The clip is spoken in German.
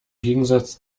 gegensatz